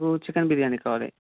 two chicken biryani కావాలి